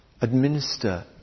administer